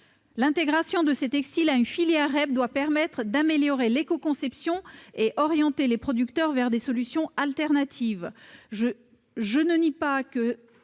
L'intégration de ces textiles à une filière REP doit permettre d'améliorer l'éco-conception et d'orienter les producteurs vers des solutions alternatives.